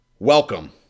Welcome